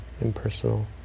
impersonal